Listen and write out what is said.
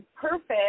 perfect